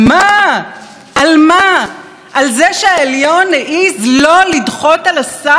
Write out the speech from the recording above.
על זה שהעליון העז לא לדחות על הסף את העתירות נגד חוק הלאום.